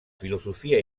filosofia